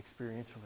experientially